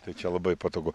tai čia labai patogu